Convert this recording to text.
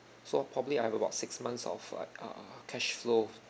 so probably I have about six months of uh err cash flow